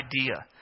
idea